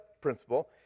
principle